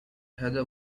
heather